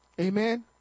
Amen